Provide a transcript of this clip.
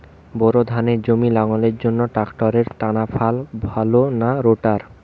Bore ধানের জমি লাঙ্গলের জন্য ট্রাকটারের টানাফাল ভালো না রোটার?